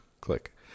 Click